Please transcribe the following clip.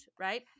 Right